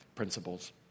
principles